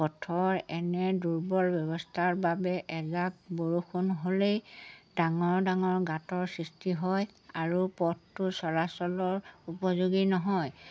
পথৰ এনে দুৰ্বল ব্যৱস্থাৰ বাবে এজাক বৰষুণ হ'লেই ডাঙৰ ডাঙৰ গাঁতৰ সৃষ্টি হয় আৰু পথটো চলাচলৰ উপযোগী নহয়